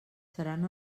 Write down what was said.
seran